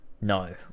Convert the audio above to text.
No